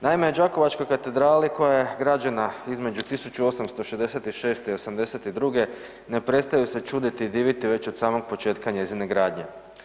Naime, Đakovačkoj katedrali koja je građena između 1866. i '82. ne prestaju se čuditi i diviti već od samog početka njezine gradnje.